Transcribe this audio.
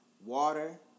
Water